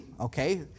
okay